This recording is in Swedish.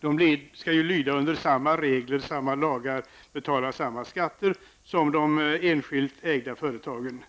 De statliga företagen skall lyda under samma regler och lagar och betala samma skatter som de enskilt ägda företagen.